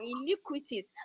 iniquities